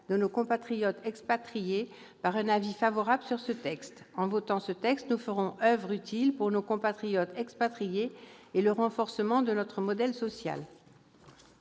de nos compatriotes expatriés par un avis favorable sur ce texte. En votant ce dernier, nous ferons oeuvre utile pour nos compatriotes expatriés et pour le renforcement de notre modèle social.